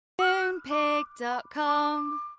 Moonpig.com